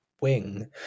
wing